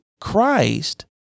Christ